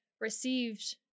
received